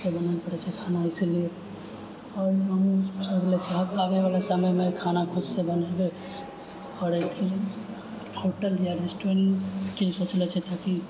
खुदसँ बनाइ पड़ै छै खाना इसिलियै आओर हम सभ आबैवला समयमे खाना खुदसँ बनैबे आओर एहिके लेल होटल या रेस्टोरेन्टके की सभसँ जादा क्षेत्रके